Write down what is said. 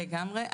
לגמרי.